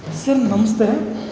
sir ನಮಸ್ತೆ